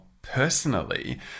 personally